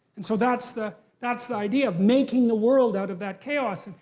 and so that's the that's the idea, of making the world out of that chaos.